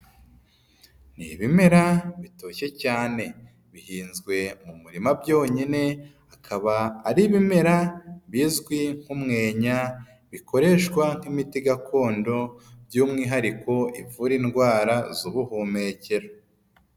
Ni ibimera bitoshye cyane bihinzwe mu murima byonyine, bikaba ari ibimera bizwi nk'umwenya bikoreshwa nk'imiti gakondo by'umwihariko ivura indwara z'ubuhumekero.